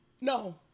No